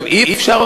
עכשיו, אי-אפשר,